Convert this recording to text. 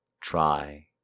Try